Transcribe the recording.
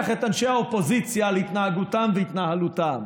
את אנשי האופוזיציה על התנהגותם והתנהלותם.